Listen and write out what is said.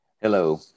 Hello